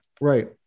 Right